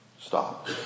stop